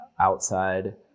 outside